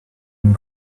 and